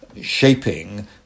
shaping